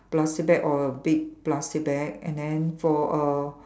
plastic bag or a big plastic bag and then for a